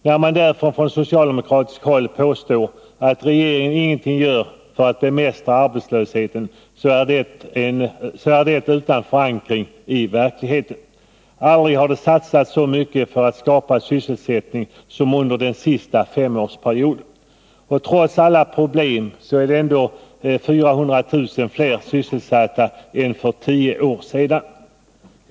När man från socialdemokratiskt håll påstår att regeringen ingenting gör för att bemästra arbetslösheten är detta därför utan förankring i verkligheten. Aldrig har det satsats så mycket för att skapa sysselsättning som under den senaste femårsperioden. Trots alla problem är ändå 400 000 fler sysselsatta än för tio år sedan.